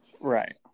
Right